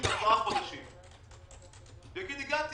10 חודשים יגיד: הגעתי,